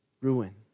ruin